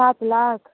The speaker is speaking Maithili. सात लाख